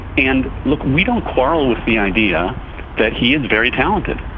and look, we don't quarrel with the idea that he is very talented,